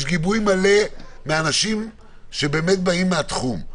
יש גיבוי מלא מאנשים שבאים מהתחום.